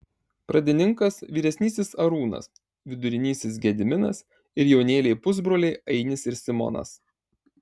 pradininkas vyresnysis arūnas vidurinysis gediminas ir jaunėliai pusbroliai ainis ir simonas